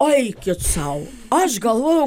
eikit sau aš galvojau